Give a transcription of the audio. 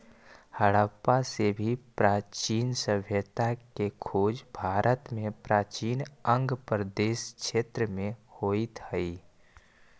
हडप्पा से भी प्राचीन सभ्यता के खोज भारत में प्राचीन अंग प्रदेश क्षेत्र में होइत हई